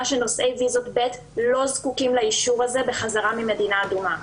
שנושאי ויזות ב' לא זקוקים לאישור הזה בחזרה ממדינה אדומה.